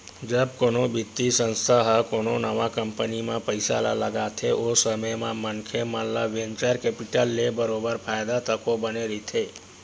जब कोनो बित्तीय संस्था ह कोनो नवा कंपनी म पइसा ल लगाथे ओ समे म मनखे मन ल वेंचर कैपिटल ले बरोबर फायदा तको बने रहिथे